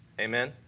Amen